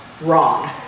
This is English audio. wrong